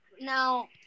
Now